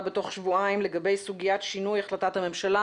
בתוך שבועיים לגבי סוגיית שינוי החלטת הממשלה,